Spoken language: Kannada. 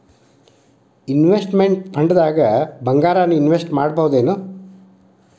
ಇನ್ವೆಸ್ಟ್ಮೆನ್ಟ್ ಫಂಡ್ದಾಗ್ ಭಂಗಾರಾನ ಇನ್ವೆಸ್ಟ್ ಮಾಡ್ಬೊದೇನು?